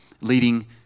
leading